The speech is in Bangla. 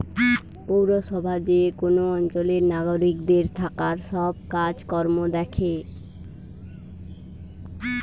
পৌরসভা যে কোন অঞ্চলের নাগরিকদের থাকার সব কাজ কর্ম দ্যাখে